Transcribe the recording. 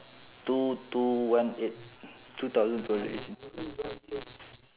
two two one eight two thousand two hundred and eighteen